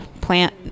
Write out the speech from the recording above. plant